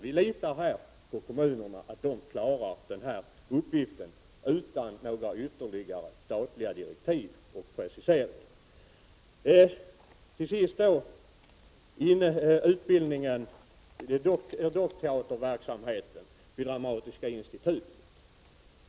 Vi litar på att kommunerna klarar denna uppgift utan ytterligare statliga direktiv och preciseringar. Till sist några ord om dockteaterverksamheten vid Dramatiska institutet.